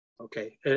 Okay